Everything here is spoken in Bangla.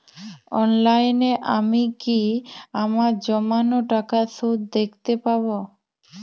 অনলাইনে আমি কি আমার জমানো টাকার সুদ দেখতে পবো?